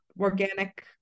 organic